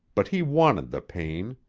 but he wanted the pain.